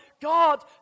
God